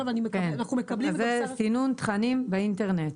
אז זה סינון תכנים באינטרנט.